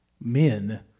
men